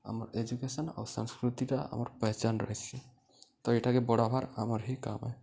ଆମର୍ ଏଜୁକେସନ୍ ଆଉ ସଂସ୍କୃତିଟା ଆମର୍ ପହେଚାଲନ୍ ରହିସିି ତ ଏଇଟାକେ ବଡ଼ବାର୍ ଆମର୍ ହିଁ କାମ୍ ହେ